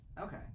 Okay